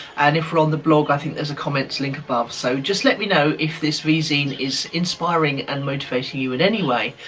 and if we're on the blog, i think there's a comments link above. so just let me know if this v-zine is inspiring and motivating you in any way.